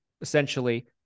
essentially